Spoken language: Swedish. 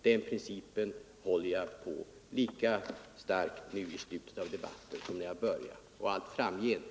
Den principen håller jag på lika starkt nu i slutet av debatten som vid dess början och allt framgent.